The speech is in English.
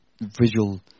visual